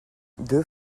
deux